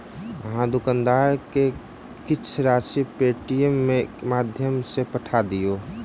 अहाँ दुकानदार के किछ राशि पेटीएमम के माध्यम सॅ पठा दियौ